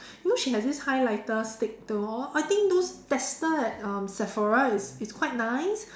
you know she has this highlighter stick though I think those tester at um Sephora is is quite nice